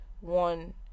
One